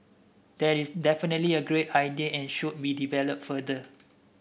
that is definitely a great idea and should be developed further